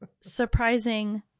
surprising